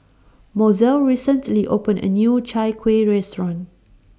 Mozell recently opened A New Chai Kueh Restaurant